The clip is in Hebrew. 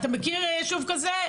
אתה מכיר ישוב כזה?